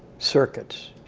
circuits,